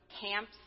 camps